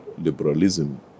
liberalism